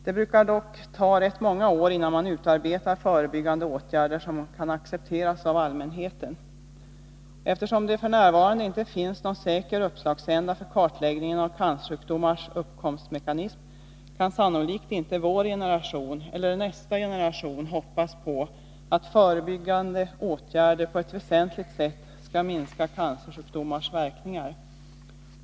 Det brukar dock ta rätt många år innan man utarbetar förebyggande åtgärder som kan accepteras av allmänheten. Eftersom det f. n. inte finns någon säker uppslagsända för kartläggningen av cancersjukdomarnas uppkomstmekanism kan sannolikt inte vår generation eller nästa generation hoppas på att förebyggande åtgärder på ett väsentligt sätt skall minska cancersjukdomarnas verkningar.